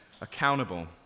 accountable